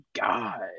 God